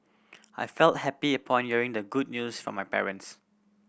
I felt happy upon hearing the good news from my parents